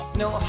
no